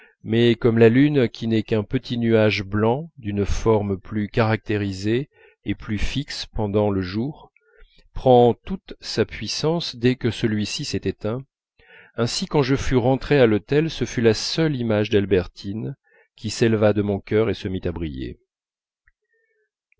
mais comme la lune qui n'est qu'un petit nuage blanc d'une forme plus caractérisée et plus fixe pendant le jour prend toute sa puissance dès que celui-ci s'est éteint ainsi quand je fus rentré à l'hôtel ce fut la seule image d'albertine qui s'éleva de mon cœur et se mit à briller